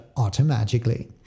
automatically